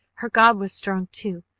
her god was strong, too!